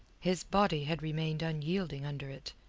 his body had remained unyielding under it,